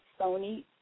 Sony